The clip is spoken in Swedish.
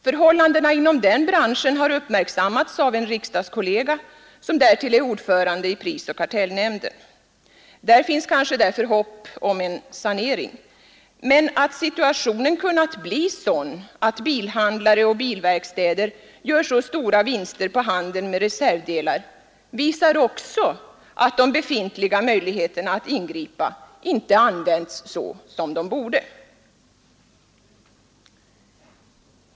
Förhållandena inom den branschen har uppmärksammats av en riksdagskollega, som därtill är ordförande i prisoch kartellnämnden. Där finns kanske därför hopp om en sanering, men att situationen kunnat bli sådan att bilhandlarna och bilverkstäderna gör så stora vinster på handeln med reservdelar visar också att de befintliga möjligheterna att ingripa inte använts så som de borde.